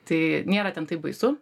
tai nėra ten taip baisu